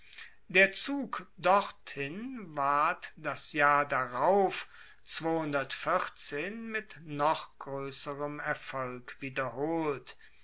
der zug dorthin ward das jahr darauf mit noch groesserem erfolg wiederholt